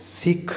শিখ